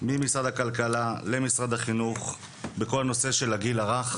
ממשרד הכלכלה למשרד החינוך בכל הנושא של הגיל הרך.